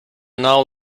now